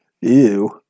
Ew